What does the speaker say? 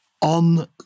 on